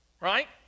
right